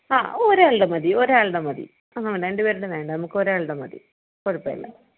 ആ ഒരാളുടെ മതി ഒരാളുടെ മതി ആ ആ രണ്ടുപേരുടെ വേണ്ട നമുക്ക് ഒരാളുടെ മതി കുഴപ്പമില്ല